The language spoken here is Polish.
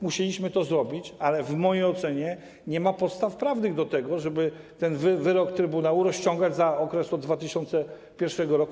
Musieliśmy to zrobić, ale w mojej ocenie nie ma podstaw prawnych do tego, żeby ten wyrok trybunału rozciągać na okres do 2001 r.